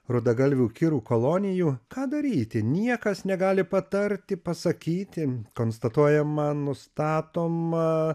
rudagalvių kirų kolonijų ką daryti niekas negali patarti pasakyti konstatuojama nustatoma